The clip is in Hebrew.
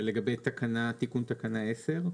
ולגבי תיקון תקנה 10?